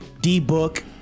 D-Book